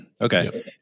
Okay